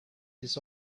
this